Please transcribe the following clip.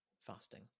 fasting